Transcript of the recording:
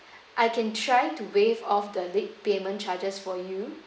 I can try to waive off the late payment charges for you